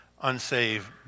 unsaved